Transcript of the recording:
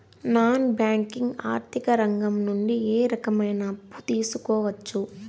Non banking ఆర్థిక రంగం నుండి ఏ రకమైన అప్పు తీసుకోవచ్చు?